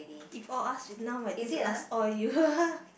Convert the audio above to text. if all ask now my turn to ask all you